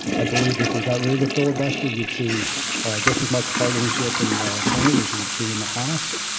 i believe if we got rid of the filibuster, you'd see just as much partisanship in the senate as you'd see in the house.